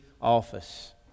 office